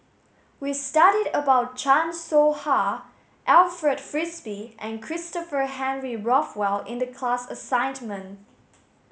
we studied about Chan Soh Ha Alfred Frisby and Christopher Henry Rothwell in the class assignment